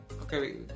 okay